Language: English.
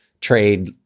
trade